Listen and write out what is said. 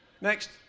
Next